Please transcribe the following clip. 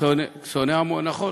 שונא עמו, נכון.